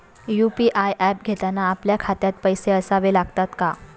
UPI app घेताना आपल्या खात्यात पैसे असावे लागतात का?